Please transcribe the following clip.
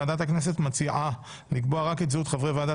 ועדת הכנסת מציעה לקבוע רק את זהות חברי ועדת